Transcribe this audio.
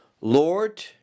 lord